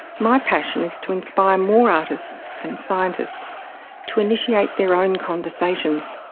my passion is to inspire more artists and scientists to initiate their own conversations.